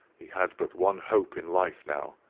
he had but one hope in life now,